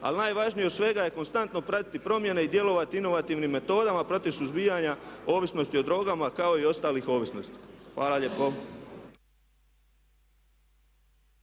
ali najvažnije od svega je konstantno pratiti promjene i djelovati inovativnim metodama protiv suzbijanja ovisnosti o drogama kao i ostalih ovisnosti. Hvala lijepo.